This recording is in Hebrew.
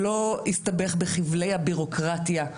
שלא יסתבך בחבלי הבירוקרטיה.